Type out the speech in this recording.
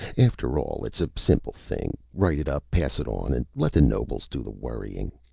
after all, it's a simple thing. write it up, pass it on, and let the nobles do the worrying.